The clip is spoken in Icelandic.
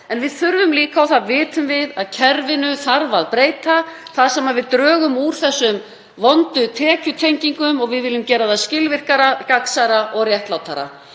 En við vitum líka að kerfinu þarf að breyta þar sem við drögum úr þessum vondu tekjutengingum, við viljum gera það skilvirkara, gagnsærra og réttlátara.